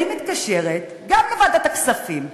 אני מתקשרת, גם לוועדת הכספים,